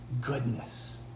Goodness